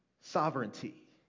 sovereignty